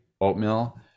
oatmeal